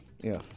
Yes